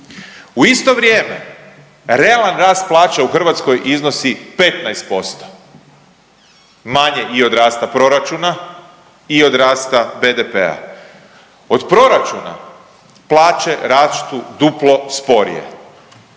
U isto vrijeme realan rast plaća u Hrvatskoj iznosi 15%. Manje i od rasta proračuna i od rasta BDP-a. Od proračuna plaće rastu duplo sporije,